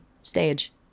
stage